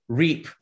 reap